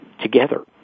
together